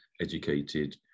educated